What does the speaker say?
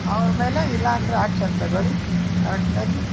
ಅವ್ರ ಮೇಲೆ ಇಲ್ಲಾಂದರೆ ಆ್ಯಕ್ಷನ್ ತಗೊಳ್ಳಿ ಕರೆಕ್ಟಾಗಿ